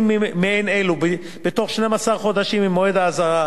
מעין אלה בתוך 12 חודשים ממועד האזהרה,